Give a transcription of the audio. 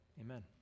amen